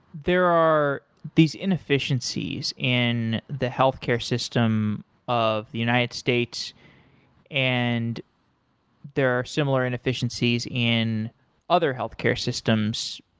there are these inefficiencies in the healthcare system of the united states and there are similar inefficiencies in other healthcare systems,